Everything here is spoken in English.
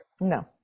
No